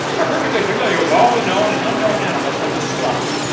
are perfectly familiar with all the known and unknown animals of the swamp.